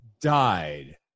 died